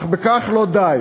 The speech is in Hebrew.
אך בכך לא די.